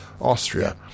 austria